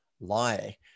lie